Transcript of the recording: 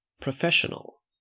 Professional